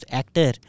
actor